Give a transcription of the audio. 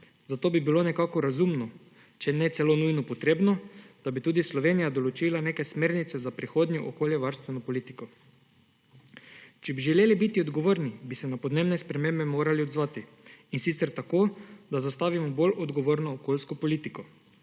Zato bi bilo nekako razumno, če ne celo nujno potrebno, da bi tudi Slovenija določila neke smernice za prihodnjo okoljevarstveno politiko. Če bi želeli biti odgovorni, bi se na podnebne spremembe morali odzvati, in sicer tako, da zastavimo bolj odgovorno okoljsko politiko.